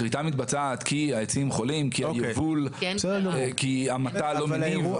הכריתה מתבצעת כי העצים חולים, כי המטע לא מניב.